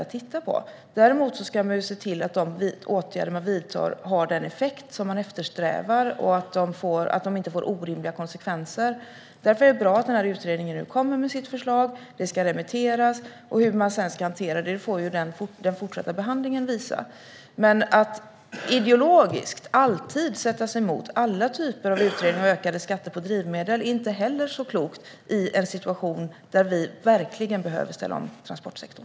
Man måste dock se till att de åtgärder man vidtar får den effekt som man eftersträvar och inte får orimliga konsekvenser. Därför är det bra att utredningen nu kommer med sitt förslag. Detta ska remitteras. Hur det sedan ska hanteras får den fortsatta behandlingen visa. Men att ideologiskt alltid motsätta sig alla typer av utredningar av ökade skatter på drivmedel är inte heller klokt i en situation där vi verkligen behöver ställa om transportsektorn.